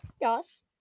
Yes